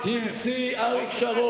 נמאסתם.